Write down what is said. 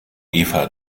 eva